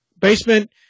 basement